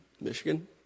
Michigan